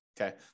Okay